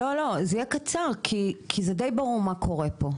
לא, לא, זה יהיה קצר, כי זה די ברור מה קורה פה.